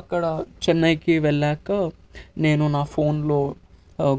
అక్కడ చెన్నైకి వెళ్ళాక నేను నా ఫోన్లో